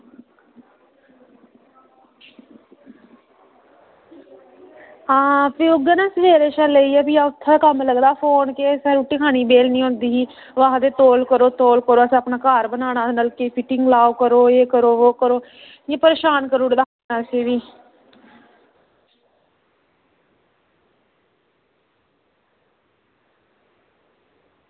हां फ्ही उ'ऐ ना सवेरे कशा लेइयै फ्ही अस उत्थै गै कम्म लग्गै दा फोन केह् उत्थै रुट्टी खानै दी बेह्ल निं होंदी ही ओह् आखदे तौल करो तौल करो अस अपना घर बनाना नलके दी फिटिंग लाओ करो एह् करो वो करो इ'यां परेशान करी ओड़े दा हा असेंगी बी